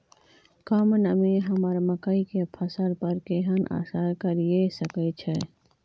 कम नमी हमर मकई के फसल पर केहन असर करिये सकै छै?